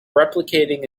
replicating